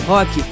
Rock